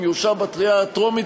אם יאושר בקריאה הטרומית,